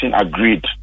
agreed